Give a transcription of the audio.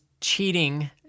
cheating